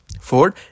Ford